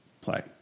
play